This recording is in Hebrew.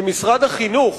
שמשרד החינוך